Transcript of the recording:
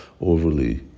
overly